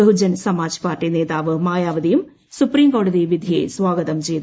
Bahujan Samaj party നേതാവ് മായാവതിയും supreme കോടതി വിധിയെ സ്വാഗതം ചെയ്തു